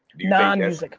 non music?